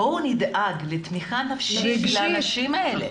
בואו נדאג לתמיכה נפשית לאנשים האלה.